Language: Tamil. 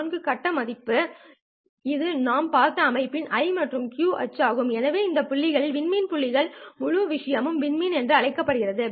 4 கட்ட மதிப்பு இது நாம் பார்த்த அமைப்பின் I மற்றும் Q அச்சு ஆகும் எனவே இந்த புள்ளிகள் விண்மீன் புள்ளிகள் என்றும் முழு விஷயமும் விண்மீன் என அழைக்கப்படுகிறது